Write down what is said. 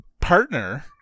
partner